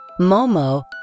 Momo